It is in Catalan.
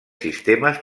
sistemes